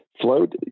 float